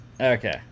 Okay